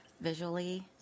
visually